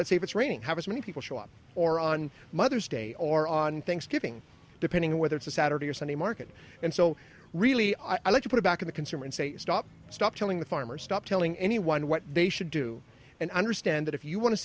let's say if it's raining have as many people show up or on mother's day or on thanksgiving depending on whether it's a saturday or sunday market and so really i like to put it back in the consumer and say stop stop telling the farmers stop telling anyone what they should do and understand that if you want to